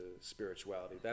spirituality